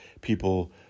People